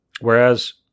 Whereas